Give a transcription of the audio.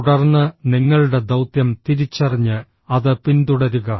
തുടർന്ന് നിങ്ങളുടെ ദൌത്യം തിരിച്ചറിഞ്ഞ് അത് പിന്തുടരുക